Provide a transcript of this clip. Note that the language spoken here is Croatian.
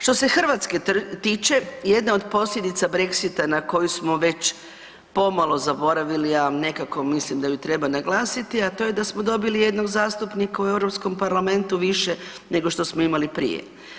Što se Hrvatske tiče, jedna od posljedica Brexita na koju smo već pomalo zaboravili ali nekako mislim da ju treba naglasiti, a to je da smo dobili jednog zastupnika u Europskom parlamentu više nego što smo imali prije.